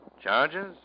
Charges